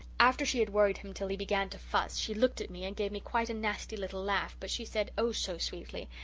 after she had worried him till he began to fuss, she looked at me and gave quite a nasty little laugh but she said, oh, so sweetly,